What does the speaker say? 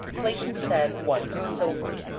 place instead one of silver.